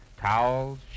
towels